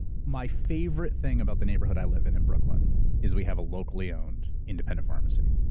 my favorite thing about the neighborhood i live in, in brooklyn, is we have a locally owned, independent pharmacy.